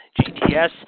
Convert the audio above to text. GTS